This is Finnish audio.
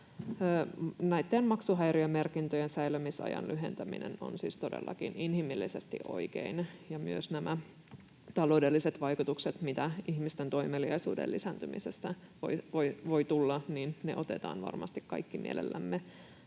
Näitten maksuhäiriömerkintöjen säilymisajan lyhentäminen on siis todellakin inhimillisesti oikein, ja myös nämä taloudelliset vaikutukset, mitä ihmisten toimeliaisuuden lisääntymisestä voi tulla, otetaan varmasti kaikki mielellämme